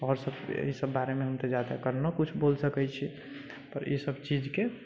आओर सभ एहि सभ बारेमे हम तऽ जादा कोनो किछु न बोल सकै छी पर इसभ चीजके